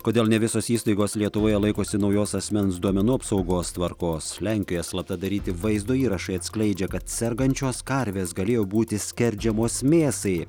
kodėl ne visos įstaigos lietuvoje laikosi naujos asmens duomenų apsaugos tvarkos lenkijoje slapta daryti vaizdo įrašai atskleidžia kad sergančios karvės galėjo būti skerdžiamos mėsai